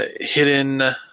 hidden